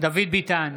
דוד ביטן,